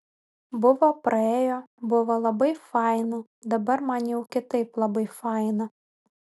buvo praėjo buvo labai faina dabar man jau kitaip labai faina